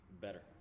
better